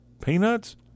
peanuts